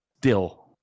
dill